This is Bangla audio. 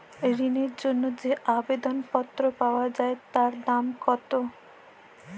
ঋণের জন্য যে আবেদন পত্র পাওয়া য়ায় তার দাম কত?